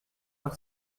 par